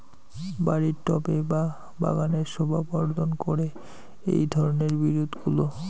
বাড়ির টবে বা বাগানের শোভাবর্ধন করে এই ধরণের বিরুৎগুলো